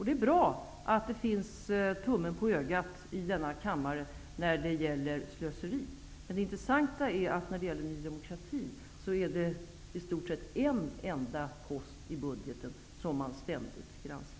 Det är bra att man i denna kammare håller tummen på ögat när det gäller slöseri. Men det intressanta när det gäller Ny demokrati är att det i stort sett är en enda post i budgeten som man ständigt granskar.